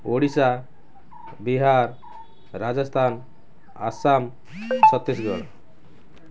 Odisha Bihar Rajasthan Assam Chhattisgarh